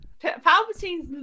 Palpatine's